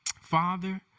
Father